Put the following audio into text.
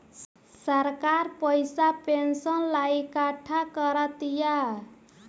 सरकार पइसा पेंशन ला इकट्ठा करा तिया